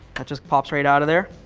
that just pops right out of there.